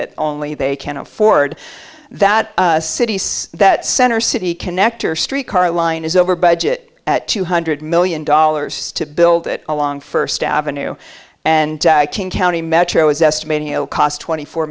that only they can afford that cities that center city connector streetcar line is over budget at two hundred million dollars to build it along first avenue and king county metro is estimating cost twenty four